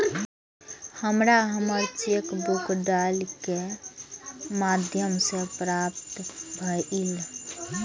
हमरा हमर cheque book डाक के माध्यम से प्राप्त भईल